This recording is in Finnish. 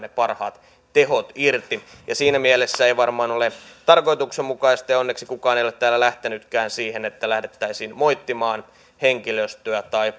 parhaat tehot irti siinä mielessä ei varmaan ole tarkoituksenmukaista ja onneksi kukaan ei ole täällä lähtenytkään siihen että lähdettäisiin moittimaan henkilöstöä tai